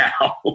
now